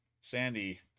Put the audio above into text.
Sandy